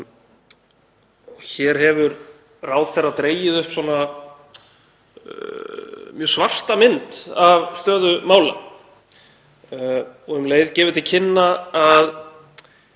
Hér hefur ráðherra dregið upp mjög svarta mynd af stöðu mála og um leið gefið til kynna að